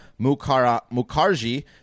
Mukarji